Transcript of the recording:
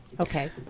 okay